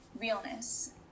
realness